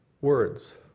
Words